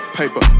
paper